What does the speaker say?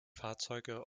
fahrzeuge